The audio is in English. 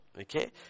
Okay